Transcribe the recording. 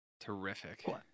Terrific